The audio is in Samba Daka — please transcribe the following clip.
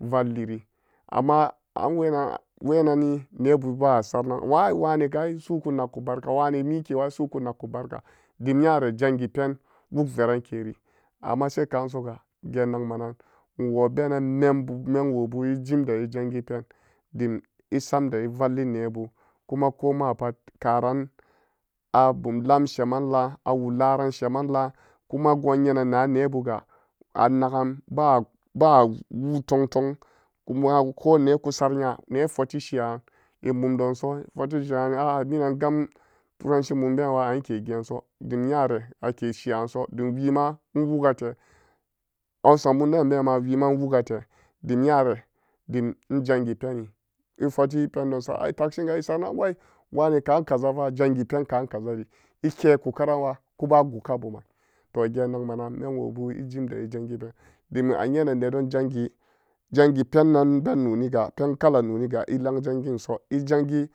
valliri amma an wenan, wenanni nebu bewa saman wai-wanega ai su'uku nakku barka wane mikewa su'uku nakku barka dim nyare jangi pen wug veran keri amma soka'an soga geen nakma nan enwobenan membu memwobu ejimde ejangi pen dim esamde de evalli nebu kuma ko ma pat karan abum lam sheman laan awularan sheman laan kuma goon nyenan na nebuga anag'an ba wu tong tong kuma ko nee kusam nya ne futi she'an emumdonso futi she'a emumdonso futti shean a minana gam turanci mumate anke geenso dim nyare ake sheanso dim wiima enwugate hausa mumden bema wiima enwugote dim nyare din engangi peni efoti pendonsa ai takshinga esaranan wai wene ka'an kazafa jangi pen ka'an kazari ekeku karanwa kuba guka buman to geen nakma nan menwobu ejimde ejangi pen dim a inyenan nedon jangi penan be noniga pen kala noniga elang janginso ejungi.